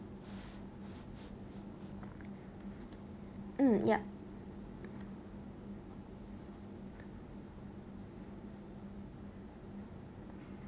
mm yup